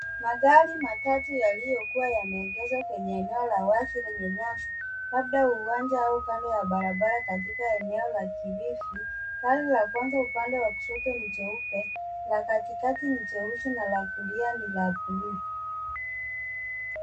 Magari matatu yalikuyokuwa yameegeshwa kwenye eneo la wazi lenye nyasi, labda uwanja au kando ya barabara katika eneo la kilifi. Gari la kwanza upande wa kushoto ni jeupe, la katikati ni jeusi na la kulia ni la bluu.